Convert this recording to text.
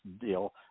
deal